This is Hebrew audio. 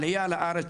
עלייה לארץ,